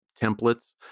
templates